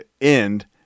end